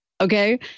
okay